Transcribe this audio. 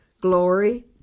glory